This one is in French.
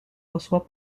reçoit